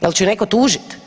Jel' će ju netko tužiti?